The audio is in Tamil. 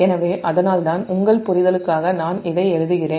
எனவே அதனால்தான் உங்கள் புரிதலுக்காக நான் δ2 இதை எழுதுகிறேன்